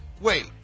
Wait